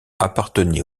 appartenait